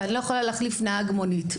ואני לא יכולה להחליף נהג מונית.